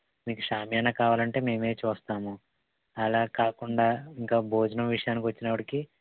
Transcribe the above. మీకు షామియానా కావాలంటే మేమే చూస్తాము అలా కాకుండా ఇంక భోజనం విషయానికి వచ్చినప్పటికీ